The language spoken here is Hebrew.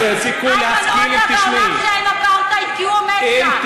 שאין אפרטהייד כי הוא עומד שם.